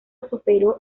superó